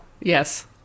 Yes